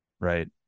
Right